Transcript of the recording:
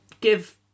give